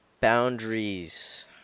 boundaries